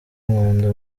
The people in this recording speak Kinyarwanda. nkunda